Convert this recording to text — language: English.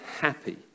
happy